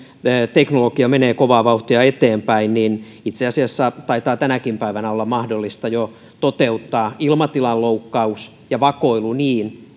teknologiamme menee kovaa vauhtia eteenpäin itse asiassa taitaa tänäkin päivänä jo olla mahdollista toteuttaa ilmatilan loukkaus ja vakoilu niin